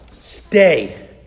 stay